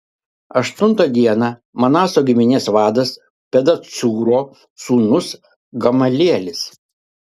aštuntą dieną manaso giminės vadas pedacūro sūnus gamelielis